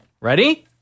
ready